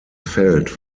feld